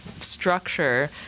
structure